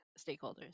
stakeholders